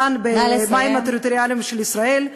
כאן במים הטריטוריאליים של ישראל,